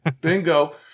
Bingo